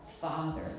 Father